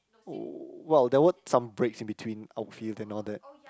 oh well there were some breaks in between outfield and all that